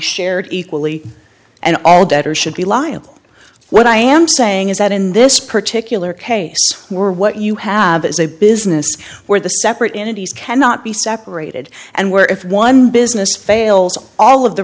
shared equally and all debtors should be liable what i am saying is that in this particular case more what you have is a business where the separate entities cannot be separated and where if one business fails all of the